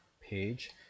page